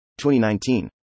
2019